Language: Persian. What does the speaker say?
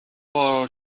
بار